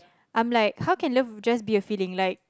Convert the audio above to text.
I'm like how can love just be a feeling I'm like